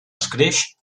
escreix